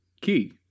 key